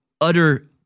utter